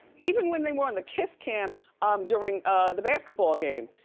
even when they were on the kiss cam um during ah the basketball game.